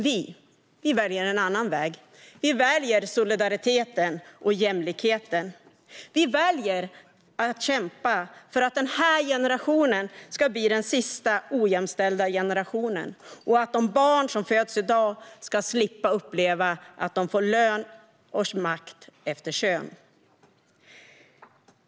Vi väljer en annan väg. Vi väljer solidariteten och jämlikheten. Vi väljer att kämpa för att den här generationen ska bli den sista ojämställda generationen och för att de barn som föds i dag ska slippa uppleva att de får lön och makt efter kön.